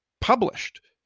published